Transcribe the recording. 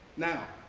now,